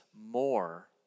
more